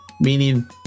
Meaning